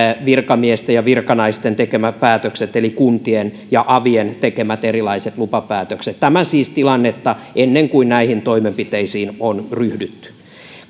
virkamiesten ja virkanaisten tekemät päätökset eli kuntien ja avien tekemät erilaiset lupapäätökset tämä siis tilannetta ennen kuin näihin toimenpiteisiin on ryhdytty